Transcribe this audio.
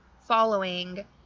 following